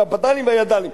הפת"לים והיד"לים.